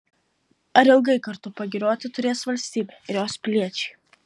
ar ilgai kartu pagirioti turės valstybė ir jos piliečiai